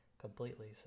completely